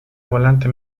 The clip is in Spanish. volante